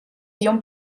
llom